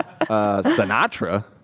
Sinatra